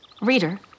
Reader